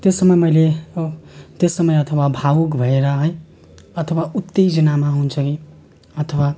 त्यस समय मैले त्यस समय अथवा भावुक भएर है अथवा उत्तेजनामा हुन्छ कि अथवा